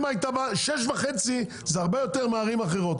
6.5 זה הרבה יותר מערים אחרות.